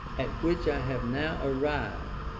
at which i have now arrived,